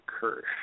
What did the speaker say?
Kirsch